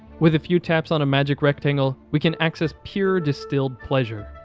with a few taps on a magic rectangle, we can access pure distilled pleasure,